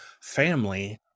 family